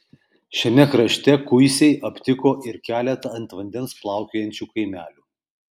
šiame krašte kuisiai aptiko ir keletą ant vandens plaukiojančių kaimelių